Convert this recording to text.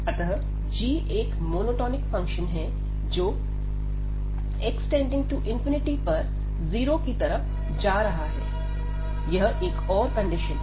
अतः g एक monotonic function है जो x→∞पर 0 की तरफ जा रहा है यह एक और कंडीशन है